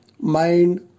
mind